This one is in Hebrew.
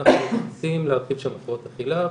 אנחנו מנסים להרחיב שם הפרעות אכילה,